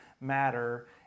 matter